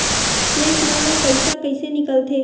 Cheque म ले पईसा कइसे निकलथे?